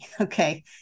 okay